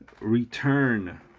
Return